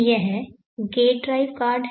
यह DSP का भाग है